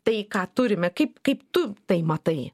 tai ką turime kaip kaip tu tai matai